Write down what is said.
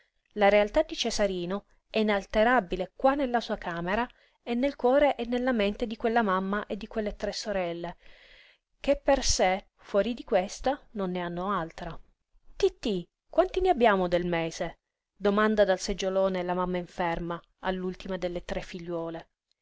la realtà di cesarino è inalterabile qua nella sua camera e nel cuore e nella mente di quella mamma e di quelle tre sorelle che per sé fuori di questa non ne hanno altra tittí quanti ne abbiamo del mese domanda dal seggiolone la mamma inferma all'ultima delle tre figliuole